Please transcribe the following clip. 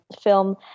film